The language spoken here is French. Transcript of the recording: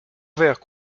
vert